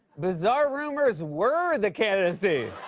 bizarre rumors were the candidacy.